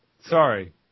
Sorry